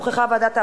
נוכחה ועדת העבודה,